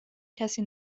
کسی